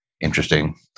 Interesting